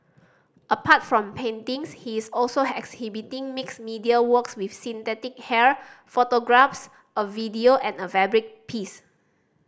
apart from paintings he is also exhibiting mixed media works with synthetic hair photographs a video and a fabric piece